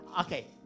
Okay